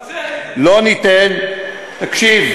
גם, לא ניתן, תקשיב,